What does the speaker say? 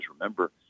remember